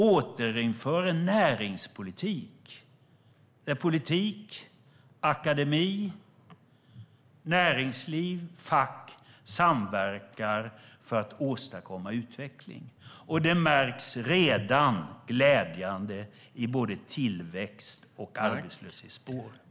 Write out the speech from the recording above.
Vi återinför en näringspolitik där politik, akademi, näringsliv och fack samverkar för att åstadkomma utveckling. Det märks redan, glädjande nog, på både tillväxt och arbetslöshet.